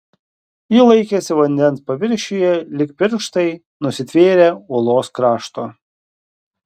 ji laikėsi vandens paviršiuje lyg pirštai nusitvėrę uolos krašto